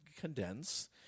condense